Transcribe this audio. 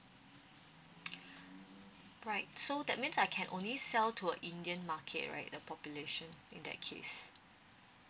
right so that means I can only sell to a indian market right the population in that case